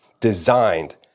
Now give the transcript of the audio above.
designed